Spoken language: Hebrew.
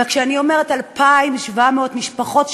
וכשאני אומרת 2,700 משפחות,